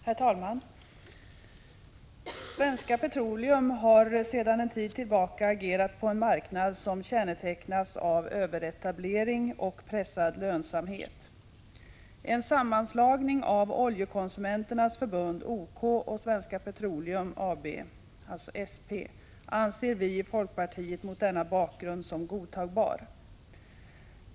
Herr talman! Svenska Petroleum har sedan en tid tillbaka agerat på en marknad som kännetecknas av överetablering och pressad lönsamhet. En sammanslagning av Oljekonsumenternas förbund och Svenska Petroleum AB anser vi i folkpartiet mot denna bakgrund som godtagbar.